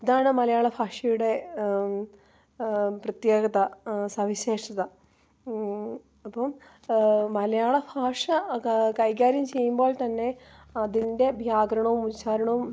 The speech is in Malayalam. ഇതാണ് മലയാള ഭാഷയുടെ പ്രത്യേകത സവിശേഷത അപ്പം മലയാള ഭാഷ കൈകാര്യം ചെയ്യുമ്പോൾ തന്നെ അതിൻ്റെ വ്യാകരണം ഉച്ചാരണം